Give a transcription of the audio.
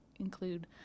include